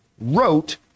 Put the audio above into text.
wrote